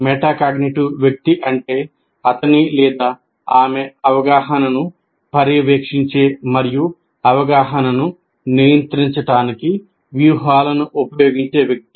metacognitive వ్యక్తి అంటే అతని లేదా ఆమె అవగాహనను పర్యవేక్షించే మరియు అవగాహనను నియంత్రించడానికి వ్యూహాలను ఉపయోగించే వ్యక్తి